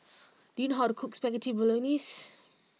do you know how to cook Spaghetti Bolognese